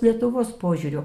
lietuvos požiūrio